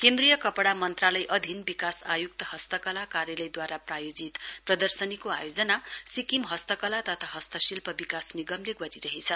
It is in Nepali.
केन्द्रीय कपडा मन्त्रालय अधिन विकास आयुक्तहस्तकला कार्यालयद्वारा प्रायोजित प्रदर्शनीको आयोजना सिक्किम हस्तकला तथा हस्तशिल्प विकास निगमले गरिरहेछ